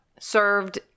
Served